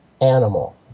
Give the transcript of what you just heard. animal